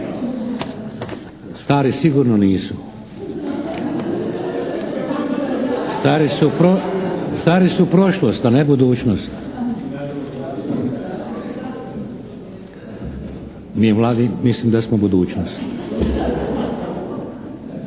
se ne čuje./… Stari su prošlost a ne budućnost. Mi mladi mislim da smo budućnost.